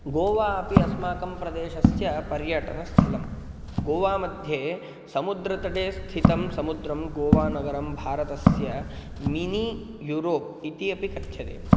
गोवा अपि अस्माकं प्रदेशस्य पर्यटनस्थलं गोवा मध्ये समुद्रतटे स्थितं समुद्रं गोवानगरं भारतस्य मिनी यूरोप् इति अपि कथ्यते